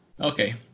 okay